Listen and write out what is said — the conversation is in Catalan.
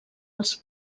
els